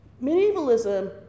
medievalism